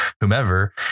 whomever